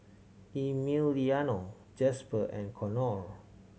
Emiliano Jasper and Conor